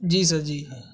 جی sir جی